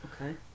Okay